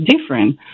different